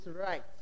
right